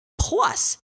Plus